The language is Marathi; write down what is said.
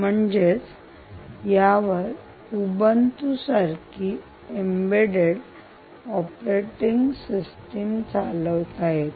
म्हणजेच यावर उबंतू सारखी एम्बेड्डेड ऑपरेटिंग सिस्टिम चालवता येते